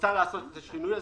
רוצה לעשות את השינוי הזה,